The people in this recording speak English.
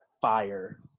fire